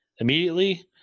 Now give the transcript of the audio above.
immediately